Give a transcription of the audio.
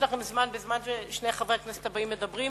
יש לכם זמן בזמן ששני חברי הכנסת הבאים מדברים,